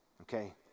Okay